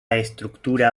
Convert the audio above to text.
estructura